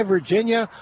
Virginia